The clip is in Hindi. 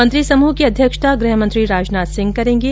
मंत्री समूह की अध्यक्षता गृहमंत्री राजनाथ सिंह करेंगे